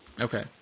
Okay